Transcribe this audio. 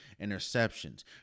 interceptions